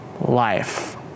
life